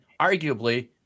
arguably